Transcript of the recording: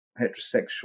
heterosexual